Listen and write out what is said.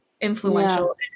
influential